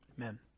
Amen